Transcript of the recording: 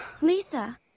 Lisa